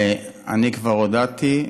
אני כבר הודעתי.